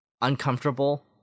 uncomfortable